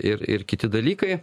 ir ir kiti dalykai